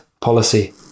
policy